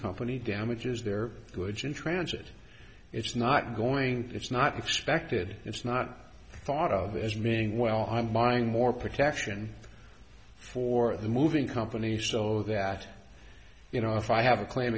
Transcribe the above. company damages their goods in transit it's not going to it's not expected it's not thought of as being well i'm buying more protection for the moving company so that you know if i have a claim